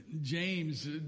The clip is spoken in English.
James